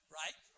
right